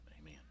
Amen